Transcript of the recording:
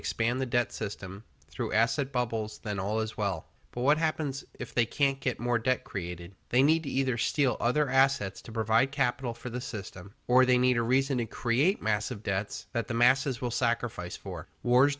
expand the debt system through asset bubbles then all is well but what happens if they can't get more debt created they need to either steal other assets to provide capital for the system or they need a reason to create massive debts that the masses will sacrifice for wars